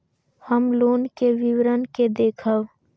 हम लोन के विवरण के देखब?